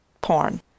porn